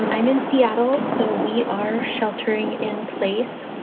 i'm in seattle, so we are sheltering in place.